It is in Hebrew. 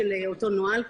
אותו דבר גם